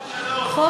תנאים.